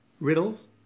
riddles